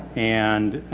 and,